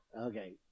Okay